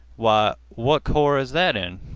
why, what corps is that in?